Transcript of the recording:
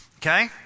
okay